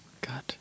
god